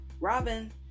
Robin